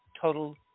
total